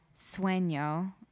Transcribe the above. Sueño